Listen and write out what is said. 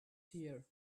here